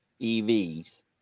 evs